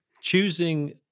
choosing